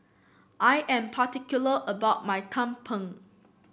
I am particular about my tumpeng